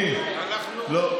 לא.